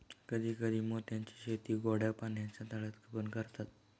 कधी कधी मोत्यांची शेती गोड्या पाण्याच्या तळ्यात पण करतात